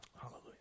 Hallelujah